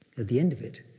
at the end of it,